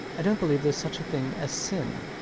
i don't believe theres such a thing as sin.